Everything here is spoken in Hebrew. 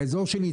באזור שלי,